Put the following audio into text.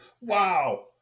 Wow